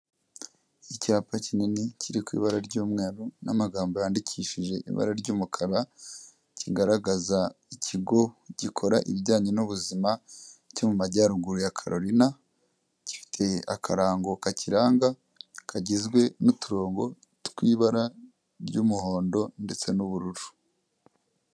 Icyapa kinini, kiri ku ibara ry'umweru n'amagambo yandikishije ibara ry'umukara, kigaragaza ikigo gikora ibijyanye n'ubuzima, cyo mu majyaruguru ya carolina, gifite akarango kakiranga, kagizwe n'uturongo tw'ibara ry'umuhondo ndetse n'ubururu.